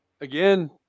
again